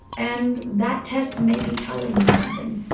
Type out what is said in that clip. and that test may be telling me something.